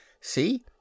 See